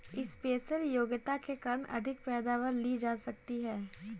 special योग्यता के कारण अधिक पैदावार ली जा सकती है